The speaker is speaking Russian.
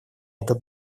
этот